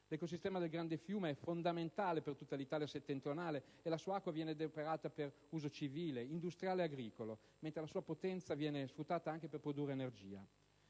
L'ecosistema del Grande Fiume è fondamentale per tutta l'Italia settentrionale e la sua acqua viene adoperata per uso civile, industriale e agricolo, mentre la sua potenza viene sfruttata anche per produrre energia.